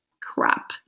crap